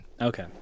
Okay